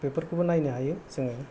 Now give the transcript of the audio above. बेफोरखौबो नायनो हायो जोङो